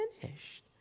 finished